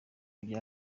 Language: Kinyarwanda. bya